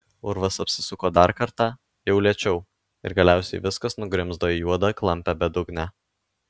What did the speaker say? urvas apsisuko dar kartą jau lėčiau ir galiausiai viskas nugrimzdo į juodą klampią bedugnę